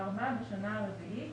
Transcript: בשנה הרביעית